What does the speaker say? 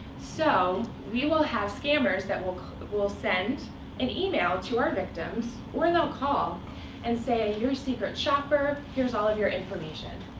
so we will have scammers that will will send an email to our victims, or they'll call and say, ah you're a secret shopper. here's all of your information.